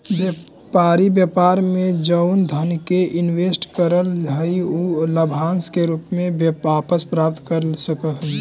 व्यापारी व्यापार में जउन धन के इनवेस्ट करऽ हई उ लाभांश के रूप में वापस प्राप्त कर सकऽ हई